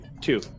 Two